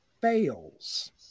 fails